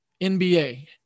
NBA